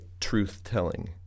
truth-telling